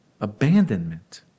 Abandonment